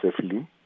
safely